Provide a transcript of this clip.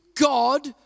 God